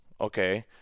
Okay